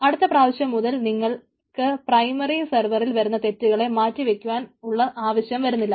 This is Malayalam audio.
അടുത്ത പ്രാവശ്യം മുതൽ നിങ്ങൾക്ക് പ്രൈമറി സർവറിൽ വരുന്ന തെറ്റുകളെ മാറ്റി വക്കുവാൻ ഉള്ള ആവശ്യം വരുന്നില്ല